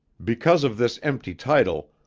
because of this empty title,